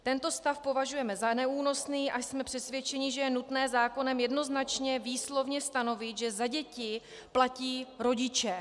Tento stav považujeme za neúnosný a jsme přesvědčeni, že je nutné zákonem jednoznačně výslovně stanovit, že za děti platí rodiče.